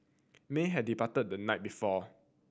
may had departed the night before